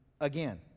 again